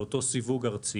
באותו סיווג ארצי,